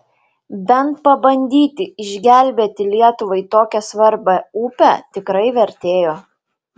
bent pabandyti išgelbėti lietuvai tokią svarbią upę tikrai vertėjo